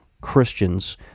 Christians